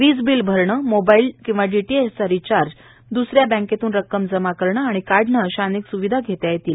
वीज बिल भरणे mobile D T H recharge द्सऱ्या बँकेतून रक्कम जमा करणे आणि काढणे अशा अनेक स्विधा घेता येतील